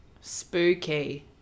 spooky